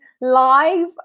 live